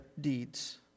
deeds